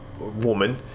Woman